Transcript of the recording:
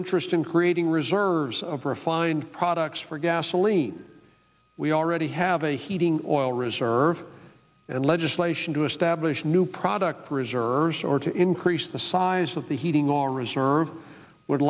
interest in creating reserves of refined products for gasoline we already have a heating oil reserve and legislation to establish new product reserves or to increase the size of the heating or reserve would